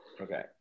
Okay